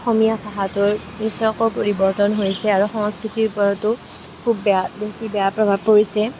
অসমীয়া ভাষাটোৰ নিশ্চয়কৈ পৰিৱৰ্তন হৈছে আৰু সংস্কৃতিৰ ওপৰতো খুব বেয়া বেছি বেয়া প্ৰভাৱ পৰিছে